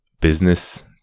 business